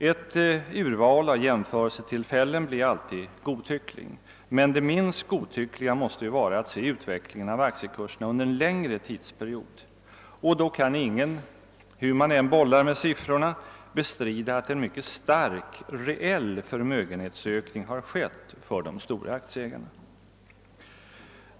Ett urval av jämförelsetillfällen blir alltid godtyckligt, men det minst godtyckliga måste vara att se utvecklingen av aktiekurserna under en längre tidsperiod. Och då kan ingen bestrida att en mycket stark reell förmögenhetsökning skett för de stora aktieägarna.